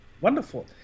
wonderful